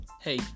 hey